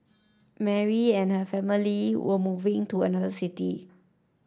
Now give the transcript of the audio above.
Mary and her family were moving to another city